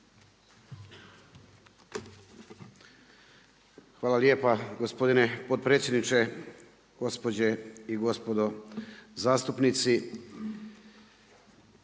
Hvala lijepa gospodine potpredsjedniče, gospođe i gospodo zastupnici.